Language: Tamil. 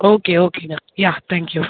ஓகே ஓகேங்க யா தேங்க் யூ